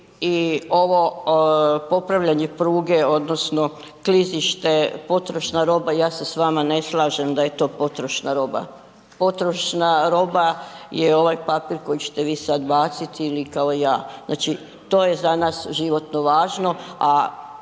i ovo popravljanje pruge, odnosno klizište, potrošna roba, ja se s vama ne slažem da je to potrošna roba. Potrošna roba je ovaj papir koji ćete vi sad baciti ili kao ja. Znači to je za nas životno važno, a